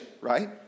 right